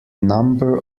number